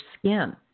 skin